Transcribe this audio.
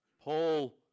Paul